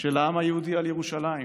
של העם היהודי על ירושלים.